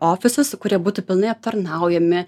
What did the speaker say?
ofisus kurie būtų pilnai aptarnaujami